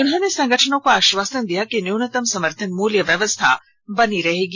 उन्होंने संगठनों को आश्वासन दिया कि न्यूनतम समर्थन मूल्य व्यवस्था बनी रहेगी